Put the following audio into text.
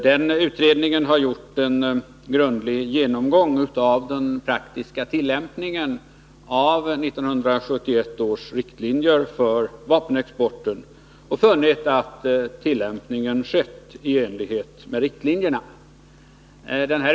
Den utredningen har gjort en grundlig genomgång av den praktiska tillämpningen av 1971 års riktlinjer för vapenexporten och funnit att tillämpningen skett i enlighet med riktlinjerna.